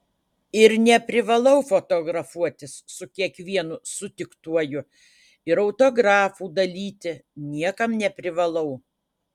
ir neprivalau fotografuotis su kiekvienu sutiktuoju ir autografų dalyti niekam neprivalau